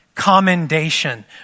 commendation